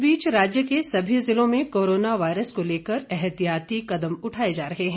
इस बीच राज्य के सभी जिलों में कोरोना वायरस को लेकर एहतियाती कदम उठाए जा रहे हैं